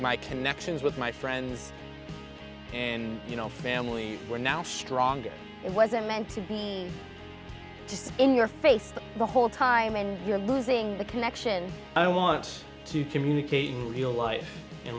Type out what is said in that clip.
my connections with my friends and you know family we're now stronger it wasn't meant to be just in your face the whole time and you're losing the connection i want to communicate real life in